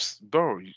bro